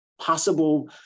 possible